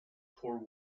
poor